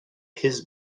his